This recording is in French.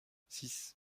six